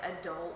adult